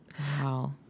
Wow